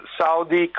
Saudi